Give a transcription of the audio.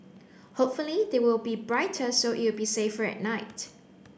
hopefully they will be brighter so it'll be safer at night